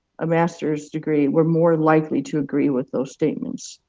a master's degree, were more likely to agree with those statements.